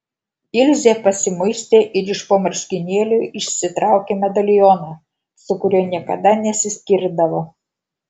ilzė pasimuistė ir iš po marškinėlių išsitraukė medalioną su kuriuo niekada nesiskirdavo